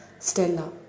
Stella